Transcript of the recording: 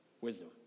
Wisdom